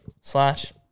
Slash